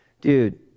dude